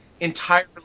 entirely